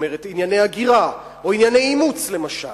כלומר ענייני הגירה, או ענייני אימוץ, למשל?